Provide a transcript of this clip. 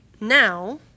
now